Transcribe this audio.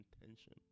intention